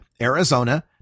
Arizona